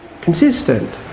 consistent